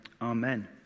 amen